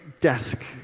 desk